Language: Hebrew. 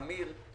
אמיר,